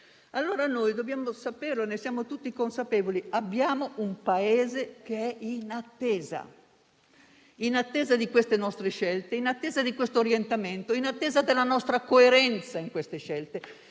Allora noi dobbiamo sapere (ne siamo tutti consapevoli) che abbiamo un Paese in attesa di queste nostre scelte, in attesa di questo orientamento, in attesa della nostra coerenza in queste scelte.